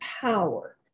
power